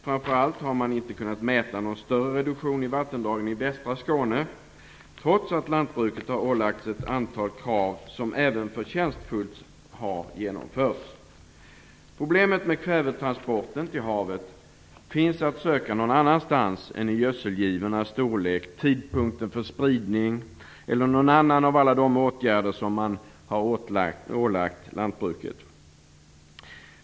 Framför allt har man inte kunnat mäta någon större reduktion i vattendragen i västra Skåne, trots att lantbruket har ålagts ett antal krav som även förtjänstfullt har genomförts. Problemet med kvävetransporten till havet finns att söka någon annanstans än i gödselgivornas storlek, tidpunkten för spridning eller någon annan av alla de åtgärder som man har ålagt lantbruket.